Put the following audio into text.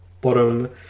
bottom